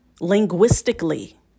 linguistically